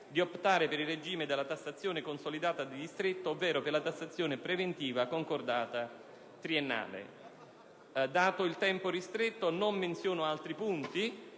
di optare per il regime della tassazione consolidata di distretto ovvero per la tassazione preventiva concordata triennale. Dato il tempo ristretto non menziono altri punti,